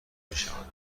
میشوند